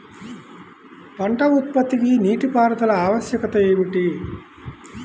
పంట ఉత్పత్తికి నీటిపారుదల ఆవశ్యకత ఏమి?